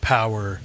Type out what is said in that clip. Power